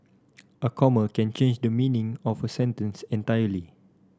a comma can change the meaning of a sentence entirely